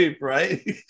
right